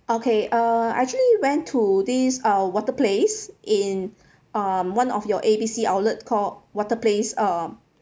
okay uh I actually went to this uh water place in um one of your A B C outlet called water place um